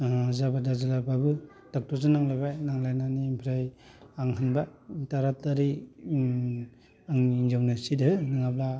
जाबा दाजायाबाबो डक्ट'रजों नांलायबाय नांलायनानै ओमफ्राय आं होनबाय थारा थारि आंनि हिनजावनो सिट हो नङाब्ला